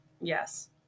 Yes